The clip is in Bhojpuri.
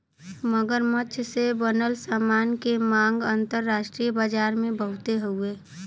मगरमच्छ से बनल सामान के मांग अंतरराष्ट्रीय बाजार में बहुते हउवे